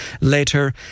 later